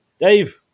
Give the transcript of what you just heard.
Dave